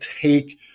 take